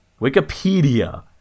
Wikipedia